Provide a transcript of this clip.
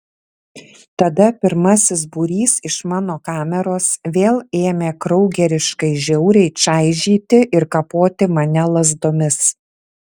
tada pirmasis būrys iš mano kameros vėl ėmė kraugeriškai žiauriai čaižyti ir kapoti mane lazdomis